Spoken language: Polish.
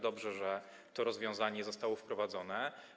Dobrze, że to rozwiązanie zostało wprowadzone.